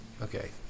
Okay